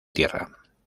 tierra